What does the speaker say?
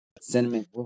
cinnamon